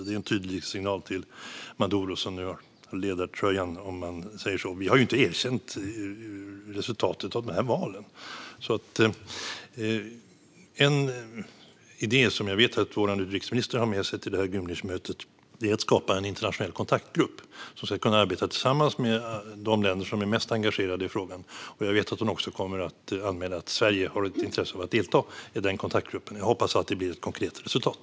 Det är en tydlig signal till Maduro, som nu har ledartröjan, om man får säga så. Vi har ju inte erkänt resultatet av valen. En idé som jag vet att Sveriges utrikesminister har med sig till Gymnichmötet är att skapa en internationell kontaktgrupp som ska kunna arbeta tillsammans med de länder som är mest engagerade i frågan. Jag vet att hon också kommer att anmäla att Sverige har ett intresse av att delta i en sådan kontaktgrupp. Jag hoppas att det blir ett konkret resultat.